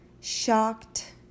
shocked